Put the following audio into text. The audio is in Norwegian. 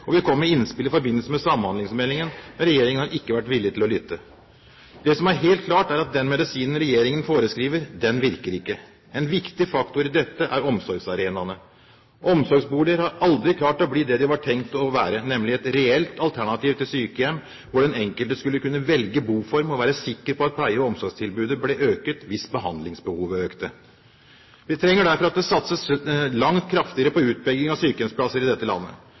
og vi kom med innspill i forbindelse med samhandlingsmeldingen, men regjeringen har ikke vært villig til å lytte. Det som er helt klart, er at den medisinen regjeringen foreskriver, den virker ikke. En viktig faktor i dette er omsorgsarenaene. Omsorgsboliger har aldri klart å bli det de var tenkt å være, nemlig et reelt alternativ til sykehjem, hvor den enkelte skulle kunne velge boform og være sikker på at pleie- og omsorgstilbudet ble økt hvis behandlingsbehovet økte. Vi trenger derfor at det satses langt kraftigere på utbygging av sykehjemsplasser i dette landet.